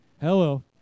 Hello